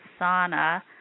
sauna